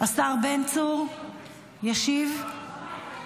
השר בן צור ישיב להצעה.